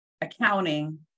accounting